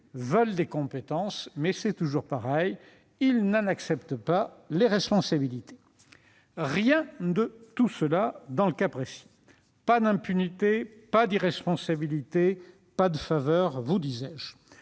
veulent des compétences, mais, c'est toujours pareil, ils n'en acceptent pas les responsabilités ». Rien de tout cela dans le cas précis : pas d'impunité, pas d'irresponsabilité, pas de faveur, vous disais-je.